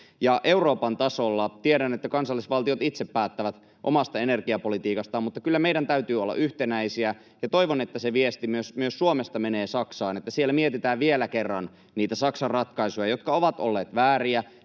Euroopan tasolla tiedän, että kansallisvaltiot itse päättävät omasta energiapolitiikastaan, mutta kyllä meidän täytyy olla yhtenäisiä, ja toivon, että se viesti myös Suomesta menee Saksaan, että siellä mietitään vielä kerran niitä Saksan ratkaisuja, jotka ovat olleet vääriä